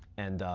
and.